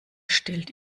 stillt